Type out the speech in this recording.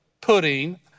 pudding